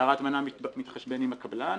אתר ההטמנה מתחשבן עם הקבלן,